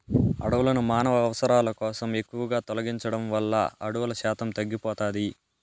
అడవులను మానవ అవసరాల కోసం ఎక్కువగా తొలగించడం వల్ల అడవుల శాతం తగ్గిపోతాది